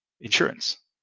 insurance